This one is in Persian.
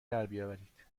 دربیاورید